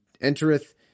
entereth